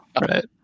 right